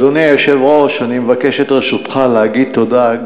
אדוני היושב-ראש, אני מבקש את רשותך להגיד תודה.